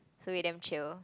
so they damn chill